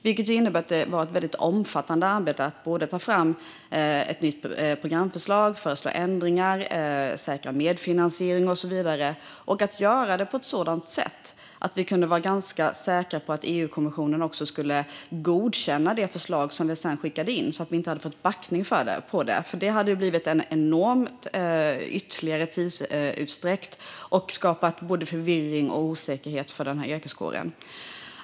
Det innebar att det var ett mycket omfattande arbete att ta fram ett nytt programförslag, föreslå ändringar, säkra medfinansiering och så vidare och att göra det på ett sådant sätt att vi kunde vara ganska säkra på att EU-kommissionen också skulle godkänna det förslag som vi sedan skickade in, så att vi inte skulle få backning på det som hade inneburit ytterligare stor tidsutdräkt och skapat både förvirring och osäkerhet för denna yrkeskår.